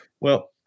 Well-